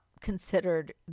considered